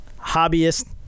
hobbyist